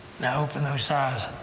now open those eyes,